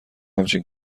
همچین